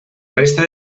resta